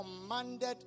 commanded